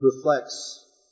reflects